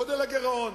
גודל הגירעון,